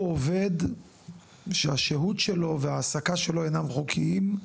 עובד שהשהות שלו וההעסקה שלו אינם חוקיים,